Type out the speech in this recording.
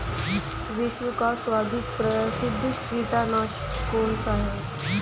विश्व का सर्वाधिक प्रसिद्ध कीटनाशक कौन सा है?